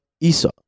Esau